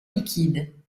liquides